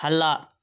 ಹಲ್ಲಾ